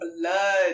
blood